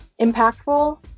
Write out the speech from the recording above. Impactful